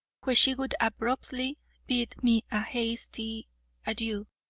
where she would abruptly bid me a hasty adieu,